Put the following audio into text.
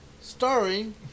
Starring